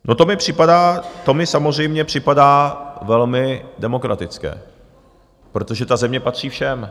No, to mi připadá, to mi samozřejmě připadá velmi demokratické, protože ta země patří všem.